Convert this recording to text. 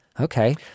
Okay